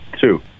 Two